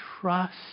trust